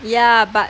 yeah but